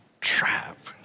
trap